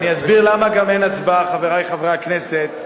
אני אסביר למה גם אין הצבעה, חברי חברי הכנסת.